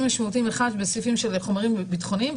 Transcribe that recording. משמעותיים: אחד בסעיפים של חומרים ביטחוניים,